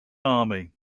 army